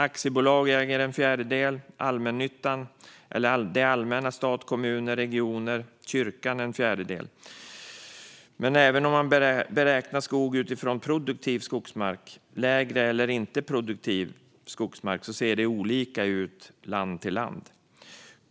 Aktiebolag äger en fjärdedel, och det allmänna - stat, kommuner, regioner och kyrkan - äger en fjärdedel. Men även om man beräknar skog utifrån produktiv skogsmark, lägre produktiv eller inte produktiv skogsmark ser det olika ut från land till land.